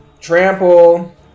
trample